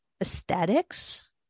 aesthetics